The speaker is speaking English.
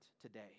today